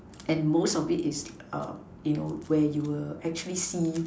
and most of it is err you know where you will actually see